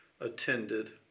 attended